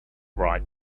right